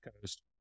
coast